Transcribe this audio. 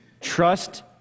Trust